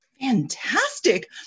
Fantastic